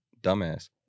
dumbass